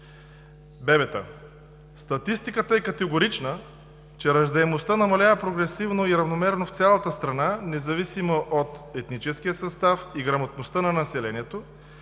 бебета. Статистиката е категорична, че раждаемостта намалява прогресивно и равномерно в цялата страна, независимо от етническия състав и грамотността на населението,